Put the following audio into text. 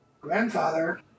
Grandfather